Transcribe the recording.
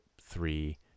three